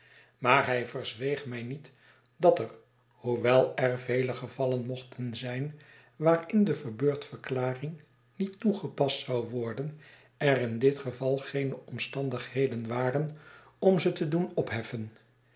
maar hij verzweeg mij niet dat er hoewel er vele gevallen mochten zijn waarin de verbeurdverklaring niet toegepast zou worden er in dit geval geene omstandigheden waren om ze te doen opheffen